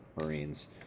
marines